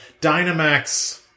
Dynamax